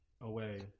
away